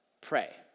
pray